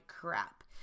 crap